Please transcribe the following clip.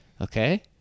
Okay